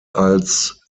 als